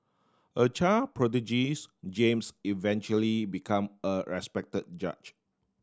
a child prodigies James eventually become a respect judge